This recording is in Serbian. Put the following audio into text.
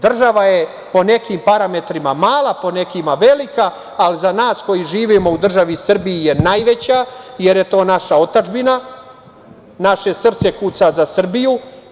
Država je po nekim parametrima mala, po nekima velika, a za nas koji živimo u državi Srbije je najveće, jer je to naša otadžbina, naše srce kuca za Srbiju.